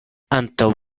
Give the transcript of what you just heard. antaŭ